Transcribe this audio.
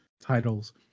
titles